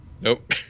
nope